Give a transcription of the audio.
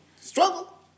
Struggle